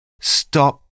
Stop